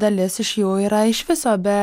dalis iš jų yra iš viso be